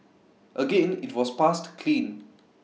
again IT was passed clean